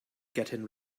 getting